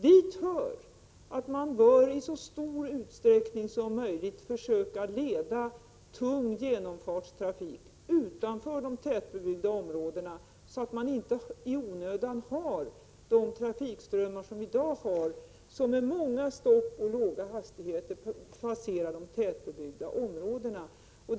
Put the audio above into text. Det gäller t.ex. att i så stor utsträckning som möjligt försöka leda tung genomfartstrafik utanför tätbebyggda områden, så att man inte i onödan får de trafikströmmar som i dag finns. Jag tänker då på de många stoppen, som gör att fordon passerar tätbebyggda områden med låg hastighet.